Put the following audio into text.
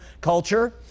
culture